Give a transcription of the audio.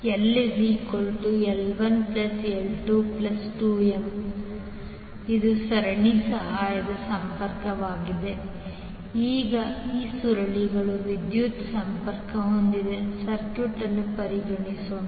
LL1L22M⇒Series aidingconnection L L1 L2 2M⇒ಸರಣಿ ಸಹಾಯದ ಸಂಪರ್ಕ ಈಗ ಸುರುಳಿಗಳು ವಿದ್ಯುತ್ ಸಂಪರ್ಕ ಹೊಂದಿದ ಸರ್ಕ್ಯೂಟ್ ಅನ್ನು ಪರಿಗಣಿಸೋಣ